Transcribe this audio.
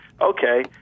okay